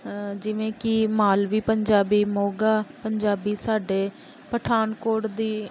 ਜਿਵੇਂ ਕਿ ਮਾਲਵੀ ਪੰਜਾਬੀ ਮੋਗਾ ਪੰਜਾਬੀ ਸਾਡੇ ਪਠਾਨਕੋਟ ਦੀ